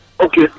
Okay